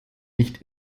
nicht